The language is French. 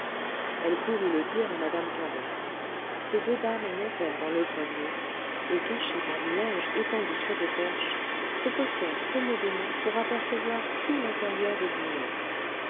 elle courut le dire à madame caron ces deux dames montèrent dans le grenier et cachées par du linge étendu sur des perches se postèrent commodément pour apercevoir tout l'intérieur de binet